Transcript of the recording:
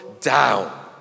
down